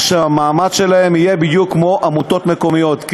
שהמעמד שלהן יהיה בדיוק כמו של עמותות מקומיות,